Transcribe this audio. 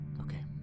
Okay